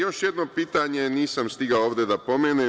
Još jedno pitanje nisam stigao ovde da pomenem.